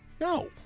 No